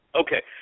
Okay